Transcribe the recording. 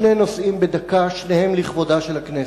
שני נושאים בדקה ושניהם לכבודה של הכנסת.